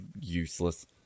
useless